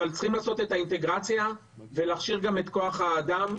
אבל צריכים לעשות את האינטגרציה ולהכשיר גם את כוח האדם.